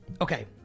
Okay